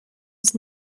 was